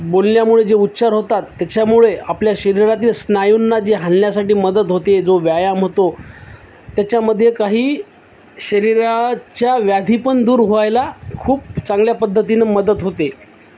बोलल्यामुळे जे उच्चार होतात त्याच्यामुळे आपल्या शरीरातील स्नायूंना जे हालण्यासाठी मदत होते जो व्यायाम होतो त्याच्यामध्ये काही शरीराच्या व्याधी पण दूर व्हायला खूप चांगल्या पद्धतीनं मदत होते